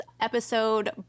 episode